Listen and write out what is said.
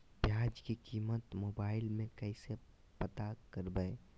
प्याज की कीमत मोबाइल में कैसे पता करबै?